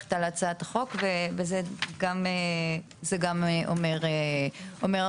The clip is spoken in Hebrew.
ומברכת על הצעת החוק, וזה גם אומר הרבה.